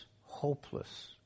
hopeless